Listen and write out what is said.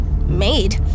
made